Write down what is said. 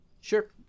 Sure